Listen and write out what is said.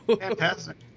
fantastic